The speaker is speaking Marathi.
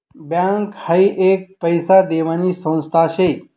बँक हाई एक पैसा देवानी संस्था शे